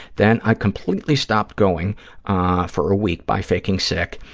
then i completely stopped going for a week by faking sick,